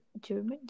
German